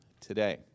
today